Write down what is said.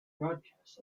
broadcast